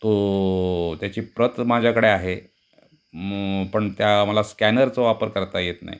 तो त्याची प्रत माझ्याकडे आहे पण त्या मला स्कॅनरचा वापर करता येत नाही